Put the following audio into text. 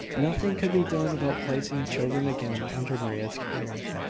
nothing could be done about placing the children again under maria's care,